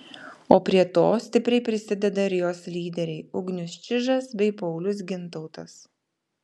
o prie to stipriai prisideda ir jos lyderiai ugnius čižas bei paulius gintautas